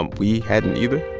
um we hadn't either,